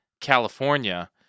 California